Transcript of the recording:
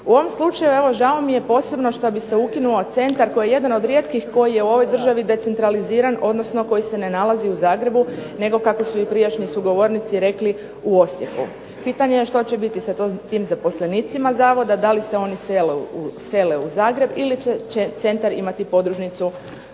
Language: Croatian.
U ovom slučaju evo žao mi je posebno što bi se ukinuo centar koji je jedan od rijetkih koji je u ovoj državi decentraliziran odnosno koji se ne nalazi u Zagrebu nego kako su i prijašnji sugovornici rekli u Osijeku. Pitanje je što će biti sa tim zaposlenicima zavoda, da li se oni sele u Zagreb ili će centar imati podružnicu u Gradu